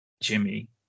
Jimmy